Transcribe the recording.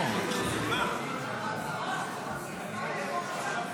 תודה רבה, נעבור להצבעה.